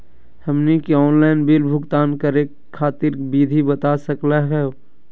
हमनी के online bill भुगतान करे खातीर विधि बता सकलघ हो?